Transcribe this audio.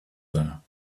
there